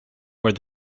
where